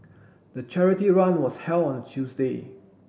the charity run was held on Tuesday